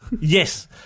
Yes